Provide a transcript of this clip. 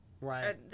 right